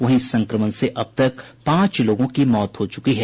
वहीं संक्रमण से अब तक पांच लोगों की मौत हो चुकी है